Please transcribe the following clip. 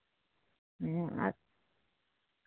ᱟᱨ